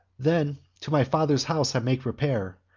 then to my father's house i make repair,